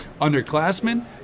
underclassmen